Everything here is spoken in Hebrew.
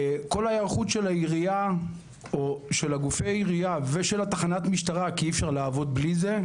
כל ההיערכות של גופי העירייה ושל תחנת המשטרה כי אי אפשר לעבוד בלי זה,